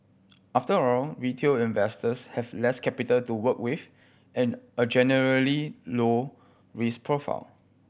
after all retail investors have less capital to work with and a generally low risk profile